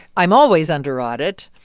i'm always under audit.